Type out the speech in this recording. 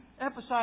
emphasize